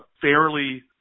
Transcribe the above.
fairly